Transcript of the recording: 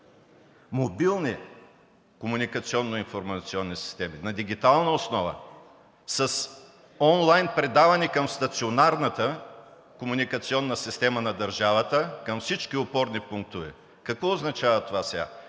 мобилни комуникационно-информационни системи на дигитална основа, с онлайн предаване към стационарната комуникационна система на държавата към всички опорни пунктове. Какво означава това?